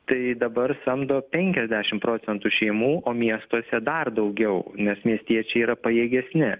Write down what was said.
tai dabar samdo penkiasdešim procentų šeimų o miestuose dar daugiau nes miestiečiai yra pajėgesni